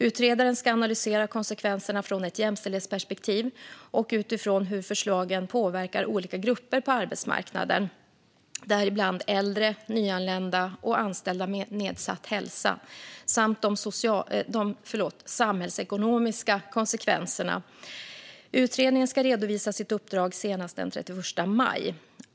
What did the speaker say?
Utredaren ska analysera konsekvenserna från ett jämställdhetsperspektiv och utifrån hur förslagen påverkar olika grupper på arbetsmarknaden, däribland äldre, nyanlända och anställda med nedsatt hälsa, samt de samhällsekonomiska konsekvenserna. Utredningen ska redovisa sitt uppdrag senast den 31 maj.